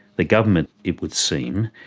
the government, it would seem,